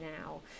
now